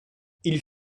ils